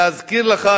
להזכיר לך,